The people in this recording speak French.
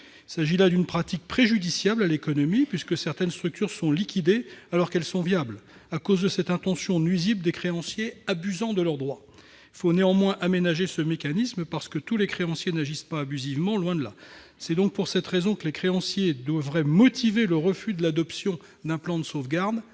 Il s'agit là d'une pratique préjudiciable à l'économie, puisque certaines structures sont liquidées, alors qu'elles sont viables, à cause de cette intention nuisible des créanciers abusant de leurs droits. Il faut néanmoins aménager ce mécanisme, parce que tous les créanciers n'agissent pas abusivement, loin de là. C'est donc pour cette raison que les créanciers devraient motiver le refus de l'adoption d'un plan de sauvegarde.